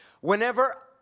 Whenever